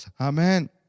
Amen